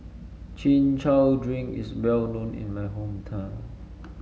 Chin Chow Drink is well known in my hometown